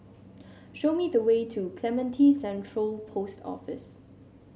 show me the way to Clementi Central Post Office